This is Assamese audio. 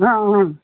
অঁ অঁ